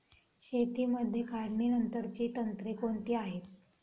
शेतीमध्ये काढणीनंतरची तंत्रे कोणती आहेत?